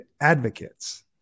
advocates